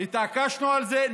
התעקשנו על זה,